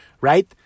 right